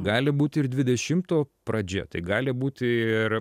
gali būti ir dvidešimto pradžia tai gali būti ir